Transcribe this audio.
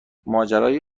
ماجرای